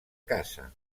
casa